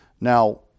Now